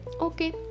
okay